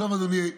עכשיו, אדוני,